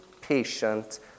patient